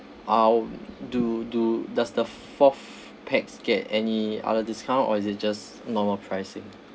um do do does the fourth pax get any other discount or is it just normal pricing